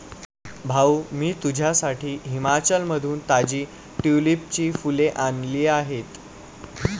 भाऊ, मी तुझ्यासाठी हिमाचलमधून ताजी ट्यूलिपची फुले आणली आहेत